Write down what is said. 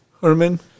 Herman